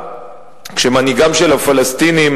כשמנהיגם של הפלסטינים,